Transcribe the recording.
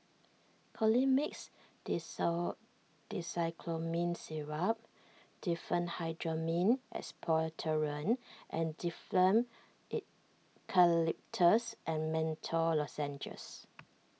Colimix Dicyclomine Syrup Diphenhydramine Expectorant and Difflam Eucalyptus and Menthol Lozenges